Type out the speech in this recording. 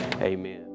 amen